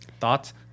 thoughts